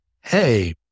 Hey